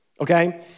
okay